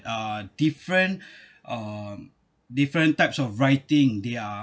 uh different um different types of writing they are